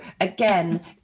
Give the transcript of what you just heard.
again